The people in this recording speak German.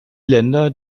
länder